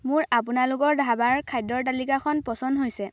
মোৰ আপোনালোকৰ ধাবাৰ খাদ্যৰ তালিকাখন পছন্দ হৈছে